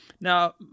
Now